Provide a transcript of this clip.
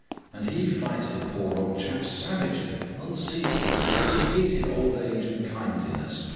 and he fights the poor old chap savagely, unceasingly, as if he hated old age and kindliness.